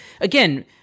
again